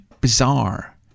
bizarre